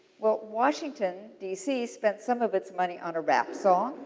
well, washington dc spent some of its money on a rap song,